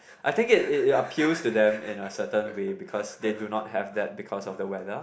I think it it it appeals to them in a certain way because they do not have that because of the weather